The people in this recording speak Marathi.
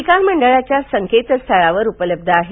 निकाल मंडळाच्या संकेतस्थळावर उपलब्ध आहेत